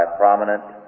prominent